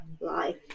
life